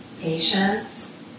patience